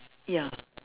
ya